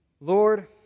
Lord